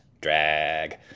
drag